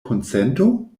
kunsento